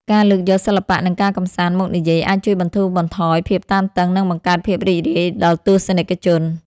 ការលើកយក សិល្បៈ និងការកម្សាន្ត មកនិយាយ អាចជួយបន្ធូរបន្ថយភាពតានតឹង និងបង្កើតភាពរីករាយដល់ទស្សនិកជន។